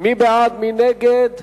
מי בעד, מי נגד?